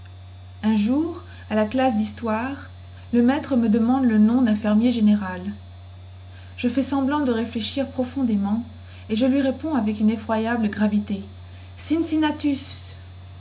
un jour à la classe dhistoire le maître me demande le nom dun fermier général je fais semblant de réfléchir profondément et je lui réponds avec une effroyable gravité